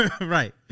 Right